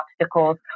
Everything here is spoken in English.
obstacles